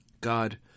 God